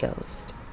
Ghost